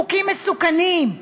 חוקים מסוכנים.